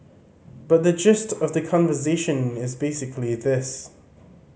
but the gist of the conversation is basically this